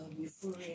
euphoria